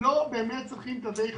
שלא באמת צריכים תווי חנייה.